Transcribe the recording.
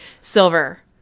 silver